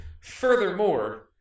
Furthermore